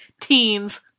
Teens